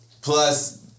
Plus